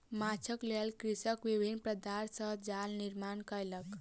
माँछक लेल कृषक विभिन्न पदार्थ सॅ जाल निर्माण कयलक